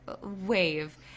wave